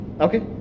Okay